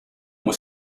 were